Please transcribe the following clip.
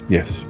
Yes